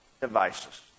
devices